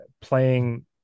playing